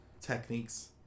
techniques